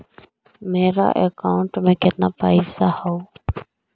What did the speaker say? मेरा अकाउंटस में कितना पैसा हउ?